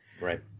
Right